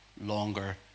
longer